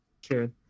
Sure